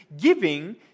giving